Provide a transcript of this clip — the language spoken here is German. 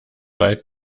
wald